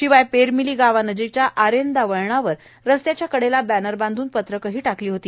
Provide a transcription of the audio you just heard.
शिवाय पेरमिली गावानजीकच्या आरेंदा वळणावर रस्त्याच्या कडेला बघ्वर बांधून पत्रकेही टाकली होती